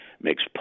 makes